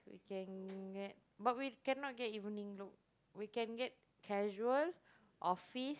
we can get but we cannot get evening look we can get casual office